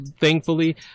thankfully